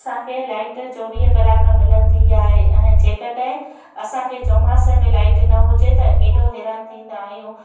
असांखे लाइट चोवीह कलाक मिलंदी आहे ऐं जेकॾहिं असांखे चौमासे में लाइट न हुजे त केॾो हैरान थींदा आहियूं